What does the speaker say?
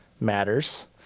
matters